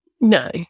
No